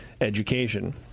education